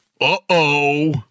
Uh-oh